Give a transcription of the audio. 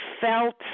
felt